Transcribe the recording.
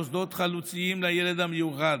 מוסדות חלוציים לילד המיוחד,